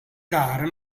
cara